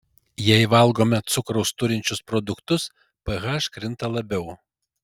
jei valgome cukraus turinčius produktus ph krinta labiau